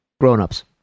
grown-ups